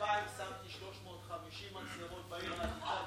ב-2000 שמתי 350 מצלמות בעיר העתיקה,